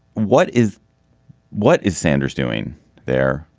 what is what is sanders doing there,